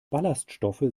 ballaststoffe